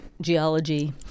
geology